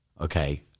okay